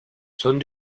son